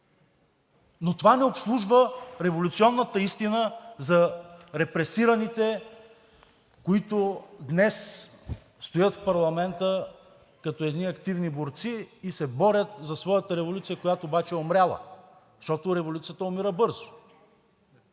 Това не обслужва революционната истина за репресираните, които днес стоят в парламента като едни активни борци и се борят за своята революция, която обаче е умряла. Защото революцията умира бързо.